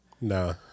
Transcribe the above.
No